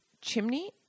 chimney